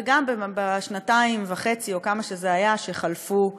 וגם בשנתיים וחצי או כמה שזה היה שחלפו מאז.